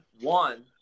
one